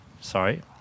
sorry